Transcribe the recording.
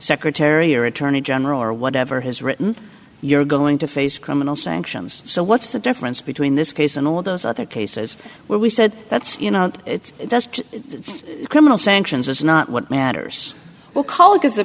secretary or attorney general or whatever has written you're going to face criminal sanctions so what's the difference between this case and all those other cases where we said that's you know it's just it's criminal sanctions it's not what matters